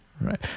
Right